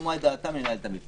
לשמוע את דעתם ולנהל את המבצע.